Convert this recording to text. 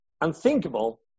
unthinkable